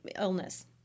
illness